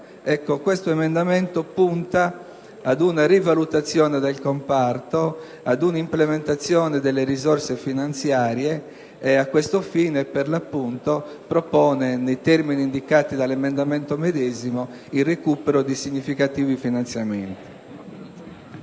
Questo emendamento punta ad una rivalutazione del comparto, ad un'implementazione delle risorse finanziarie, e a questo fine propone, nei termini indicati dall'emendamento medesimo, il recupero di significativi finanziamenti.